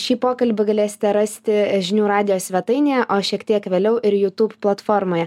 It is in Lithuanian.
šį pokalbį galėsite rasti žinių radijo svetainėje o šiek tiek vėliau ir jutub platformoje